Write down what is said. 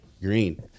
Green